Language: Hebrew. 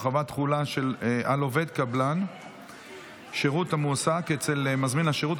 הרחבת תחולה על עובד של קבלן שירות המועסק אצל מזמין השירות),